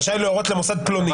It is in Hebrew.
רשאי להורות למוסד פלוני.